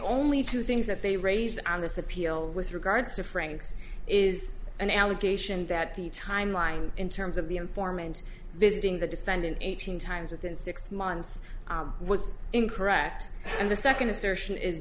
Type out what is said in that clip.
only two things that they raise on this appeal with regards to franks is an allegation that the timeline in terms of the informant visiting the defendant eighteen times within six months was incorrect and the second assertion is